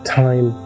time